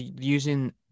using